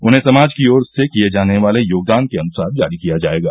उन्हें समाज की ओर से किए जाने वाले योगदान के अनुसार जारी किया जाएगा